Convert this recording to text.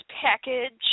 package